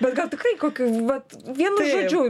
bet gal tikrai kokiu vat vienu žodžiu